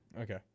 Okay